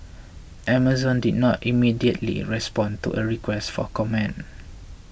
Amazon did not immediately respond to a request for comment